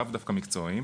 לאו דווקא מקצועיים,